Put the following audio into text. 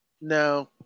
No